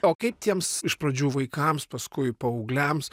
o kaip tiems iš pradžių vaikams paskui paaugliams